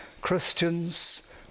Christians